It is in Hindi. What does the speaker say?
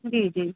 जी जी